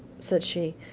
said she,